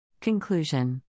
Conclusion